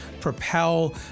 propel